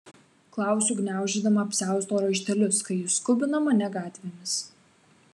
klausiu gniaužydama apsiausto raištelius kai jis skubina mane gatvėmis